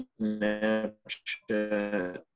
Snapchat